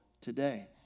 today